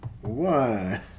one